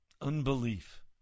Unbelief